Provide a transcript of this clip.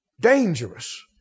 dangerous